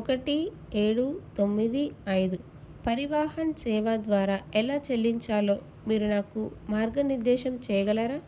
ఒకటి ఏడు తొమ్మిది ఐదు పరివాహన్ సేవా ద్వారా ఎలా చెల్లించాలో మీరు నాకు మార్గనిర్దేశకం చెయ్యగలరా